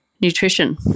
nutrition